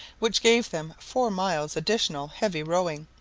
which gave them four miles additional heavy rowing.